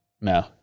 No